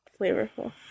flavorful